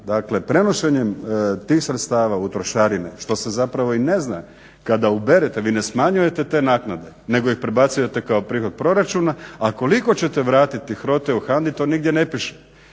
Dakle prenošenjem tih sredstava u trošarine što se zapravo ni ne zna, kada uberete vi ne smanjujete te naknade nego ih prebacujete kao prihod proračuna, a koliko ćete vratiti HROTE-u i HANDI, to nigdje ne piše.